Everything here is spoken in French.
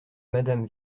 madame